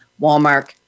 Walmart